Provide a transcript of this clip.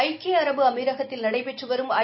ஐக்கிய அரபு அமீரகத்தில் நடைபெற்றுவரும் ஐ